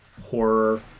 horror